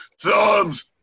Thumbs